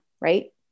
Right